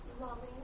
loving